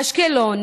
אשקלון,